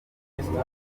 bituruka